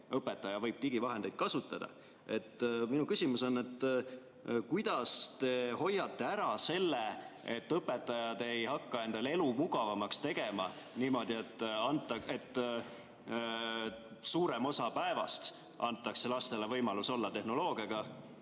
õpetaja võib digivahendeid kasutada. Minu küsimus on, kuidas te hoiate ära selle, et õpetajad ei hakka endal elu mugavamaks tegema niimoodi, et suurem osa päevast antakse lastele võimalus olla tehnoloogiaga,